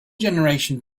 generation